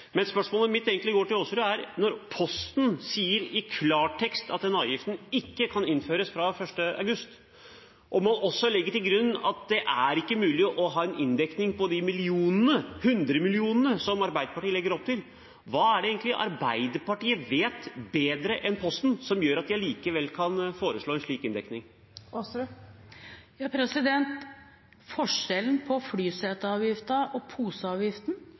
Men spørsmålet mitt som går til Aasrud, er: Når Posten sier i klartekst at denne avgiften ikke kan innføres fra 1. august, og man også legger til grunn at det ikke er mulig å ha en inndekning på de millionene – hundremillionene – som Arbeiderpartiet legger opp til, hva er det egentlig Arbeiderpartiet vet bedre enn Posten som gjør at de allikevel kan foreslå en slik inndekning? Forskjellen fra flyseteavgiften og poseavgiften